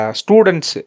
students